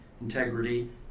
integrity